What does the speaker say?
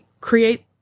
create